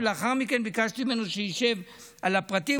ולאחר מכן ביקשתי ממנו שישב על הפרטים,